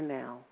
now